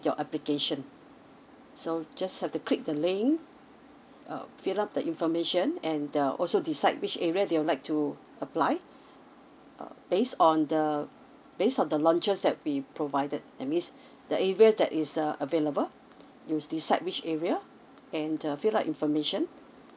your application so just have to click the link uh fill up the information and uh also decide which area they would like to apply uh based on the based on the launches that we provided that means the areas that is uh available you decide which area and uh fill up information